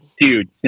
dude